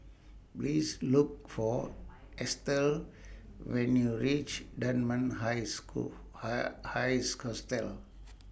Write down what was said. Please Look For Estell when YOU REACH Dunman High School High High